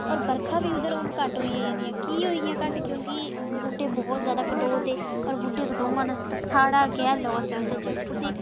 और बरखा बा उद्धर हून घट होई गेदी ऐ कि होईं दियां घट क्योंकि बूह्टे बोह् त जैदा कटोआ दे और बूह्टे कटोंगन तां साढ़ा केह् हाल ऐ ओह्दे च कुसे